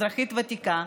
אזרחית ותיקה,